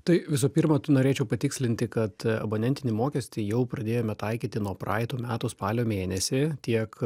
tai visų pirma norėčiau patikslinti kad abonentinį mokestį jau pradėjome taikyti nuo praeitų metų spalio mėnesį tiek